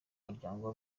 muryango